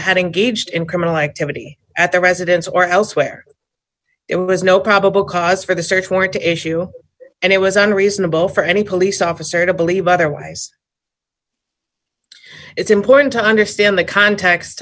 had engaged in criminal activity at the residence or elsewhere it was no probable cause for the search warrant to issue and it was unreasonable for any police officer to believe otherwise it's important to understand the context